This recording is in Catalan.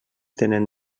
tenen